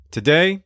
Today